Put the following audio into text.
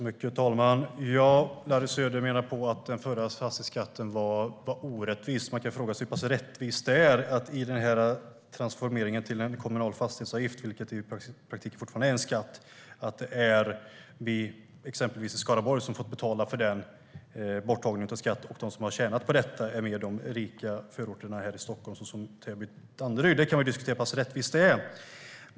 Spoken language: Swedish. Herr talman! Larry Söder menar att den förra fastighetsskatten var orättvis. Man kan fråga sig hur pass rättvist det är i transformeringen till en kommunal fastighetsavgift, som i praktiken fortfarande är en skatt. Det är exempelvis vi i Skaraborg som har fått betala för borttagandet av skatten. De som har tjänat på detta är mer de i de rika förorterna i Stockholm, som Täby och Danderyd. Vi kan diskutera hur pass rättvist det är.